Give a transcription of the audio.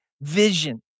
vision